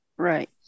Right